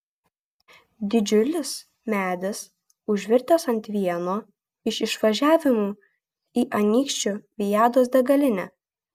didžiulis medis užvirtęs ant vieno iš įvažiavimų į anykščių viados degalinę